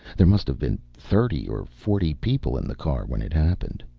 there must have been thirty or forty people in the car when it happened.